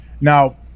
Now